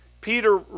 Peter